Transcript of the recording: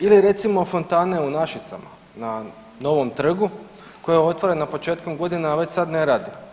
Ili recimo fontane u Našicama na novom trgu koja je otvorena početkom godine, a već sad ne radi.